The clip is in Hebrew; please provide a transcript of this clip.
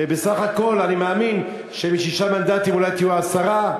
ובסך הכול אני מאמין שמשישה מנדטים אולי תהיו עשרה,